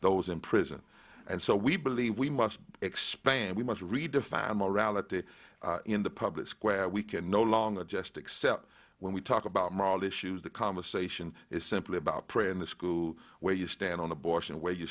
those in prison and so we believe we must expand we must really define morality in the public square we can no longer just accept when we talk about moral issues the conversation is simply about prayer in the school where you stand on abortion where you